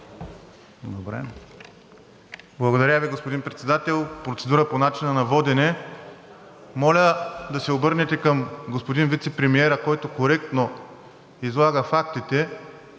(ДПС): Благодаря Ви, господин Председател. Процедура по начина на водене. Моля да се обърнете към господин вицепремиера, който коректно излага фактите.